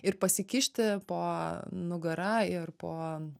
ir pasikišti po nugara ir po